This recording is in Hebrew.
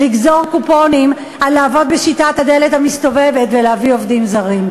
לגזור קופונים על עבודה בשיטת הדלת המסתובבת ולהביא עובדים זרים.